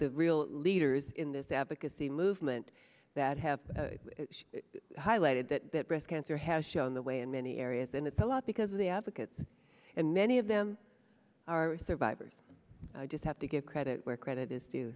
the real leaders in this advocacy movement that have highlighted that breast cancer has shown the way in many areas and it's a lot because of the advocates and many of them are survivors i just have to give credit where credit is d